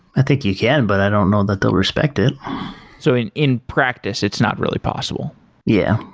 i think you can, but i don't know that they'll respect it so in in practice, it's not really possible yeah,